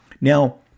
Now